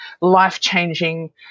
life-changing